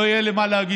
לא יהיה לי מה להגיד.